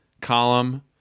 column